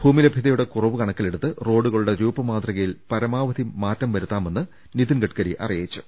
ഭൂമി ലഭ്യതയുടെ കുറവ് കണക്കിലെടുത്ത് റോഡുകളുടെ രൂപ മാതൃകയിൽ പരമാവധി മാറ്റം വരുത്താമെന്ന് നിതിൻ ഗഡ്കരി അറിയിച്ചു